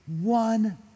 one